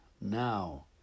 now